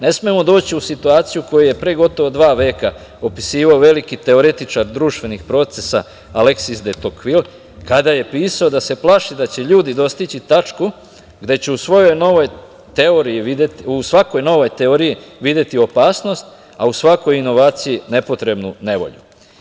Ne smemo doći u situaciju, koju je pre gotovo dva veka opisivao veliki teoretičar društvenih procesa, Aleksis Detokvir, kada je pisao da se plaši da će ljudi dostići tačku gde će u svojoj novoj teoriji videti, u svakoj novoj teoriji videti opasnost, a u svakoj inovaciji nepotrebnu nevolju.